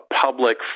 public